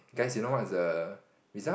guys you know what is the result